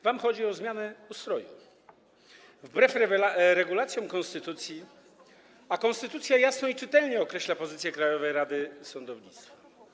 Wam chodzi o zmianę ustroju wbrew regulacjom konstytucji, a konstytucja jasno i czytelnie określa pozycję Krajowej Rady Sądownictwa.